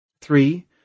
Three